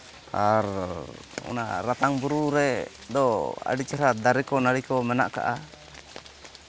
ᱟᱨ ᱚᱱᱟ ᱨᱟᱛᱟᱝ ᱵᱩᱨᱩ ᱨᱮᱫᱚ ᱟᱹᱰᱤ ᱪᱮᱨᱦᱟ ᱫᱟᱨᱮ ᱠᱚ ᱱᱟᱲᱤ ᱠᱚ ᱢᱮᱱᱟᱜ ᱟᱠᱟᱫᱟ